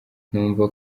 numva